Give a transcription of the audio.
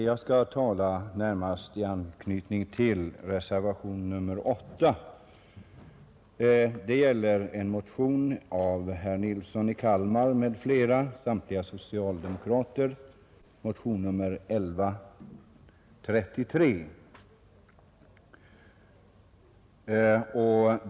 Jag vill tala närmast i anknytning till reservationen 8, som gäller en motion, nr 1133, av herr Nilsson i Kalmar m.fl., samtliga socialdemokrater.